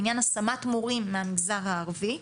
לעניין השמת מורים מהמגזר הערבי,